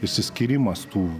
išsiskyrimas tų